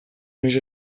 noiz